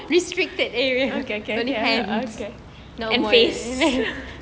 restricted area and face